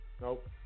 Nope